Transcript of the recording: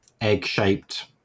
egg-shaped